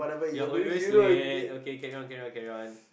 you're always late okay carry on carry on carry on